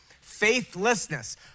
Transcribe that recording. faithlessness